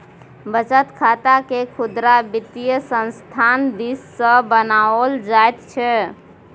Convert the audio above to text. बचत खातकेँ खुदरा वित्तीय संस्थान दिससँ बनाओल जाइत छै